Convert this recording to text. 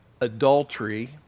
Adultery